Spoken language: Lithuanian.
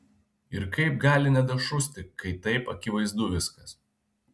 ir kaip gali nedašusti kai taip akivaizdu viskas